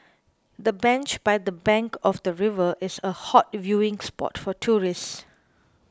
the bench by the bank of the river is a hot viewing spot for tourists